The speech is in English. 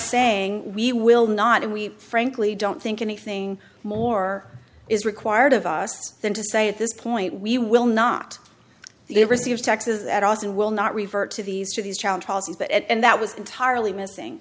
saying we will not and we frankly don't think anything more is required of us than to say at this point we will not receive texas at austin will not revert to these to these child that and that was entirely missing